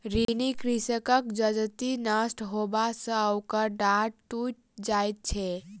ऋणी कृषकक जजति नष्ट होयबा सॅ ओकर डाँड़ टुइट जाइत छै